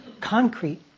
concrete